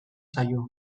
zaio